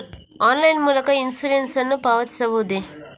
Online ಮೂಲಕ insurance ನ್ನು ಪಾವತಿಸಬಹುದೇ?